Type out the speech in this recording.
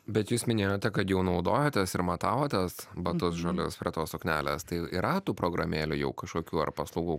bet jūs minėjote kad jau naudojatės ir matavotės batus žalius prie tos suknelės tai yra tų programėlių jau kažkokių ar paslaugų